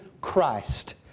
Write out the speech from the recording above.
Christ